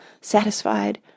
satisfied